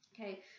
Okay